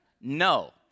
No